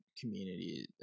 community